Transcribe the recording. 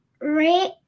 right